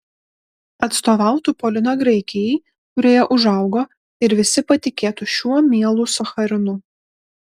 atstovautų polina graikijai kurioje užaugo ir visi patikėtų šiuo mielu sacharinu